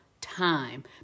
time